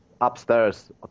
upstairs